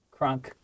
crunk